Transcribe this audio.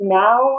now